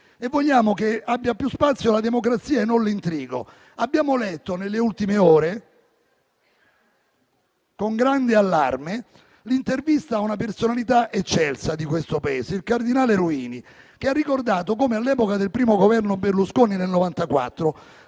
vogliamo che abbia più spazio la democrazia e non l'intrigo. Nelle ultime ore abbiamo letto con grande allarme l'intervista a una personalità eccelsa di questo Paese, il cardinale Ruini, che ha ricordato come, all'epoca del primo Governo Berlusconi nel 1994,